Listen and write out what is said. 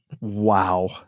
Wow